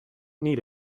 need